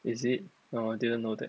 is it oh I didn't know that